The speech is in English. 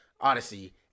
Odyssey